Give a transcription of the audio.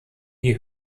die